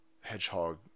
hedgehog